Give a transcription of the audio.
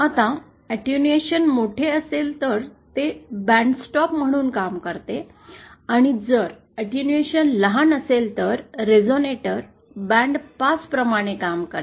आता अॅटेन्युएशन मोठे असेल तर ते बँडस्टॉप म्हणून काम करते आणि जर अॅटेन्युएशन लहान असेल तर रेझोनेटर बँडपास प्रमाणे काम करेल